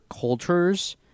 cultures